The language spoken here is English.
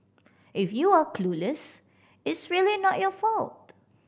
if you're clueless it's really not your fault